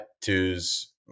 twos